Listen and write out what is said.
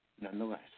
nonetheless